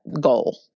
goal